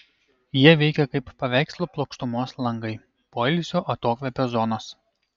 jie veikia kaip paveikslo plokštumos langai poilsio atokvėpio zonos